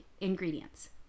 ingredients